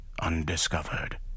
undiscovered